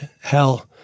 hell